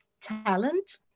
talent